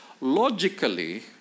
Logically